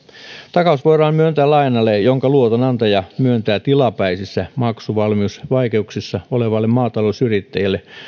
takaus voidaan myöntää lainalle jonka luotonantaja myöntää tilapäisissä maksuvalmiusvaikeuksissa olevalle maatalousyrittäjälle